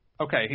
Okay